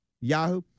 Yahoo